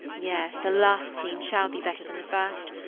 yes, the last scene shall be better than the first.